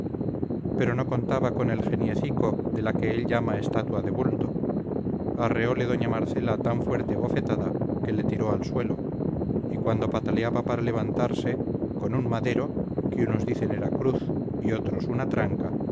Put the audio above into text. pero no contaba con el geniecico de la que él llama estatua de bulto arreole doña marcela tan fuerte bofetada que le tiró al suelo y cuando pataleaba para levantarse con un madero que unos dicen era cruz y otros una tranca